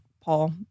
Paul